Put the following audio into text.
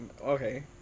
Okay